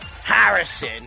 Harrison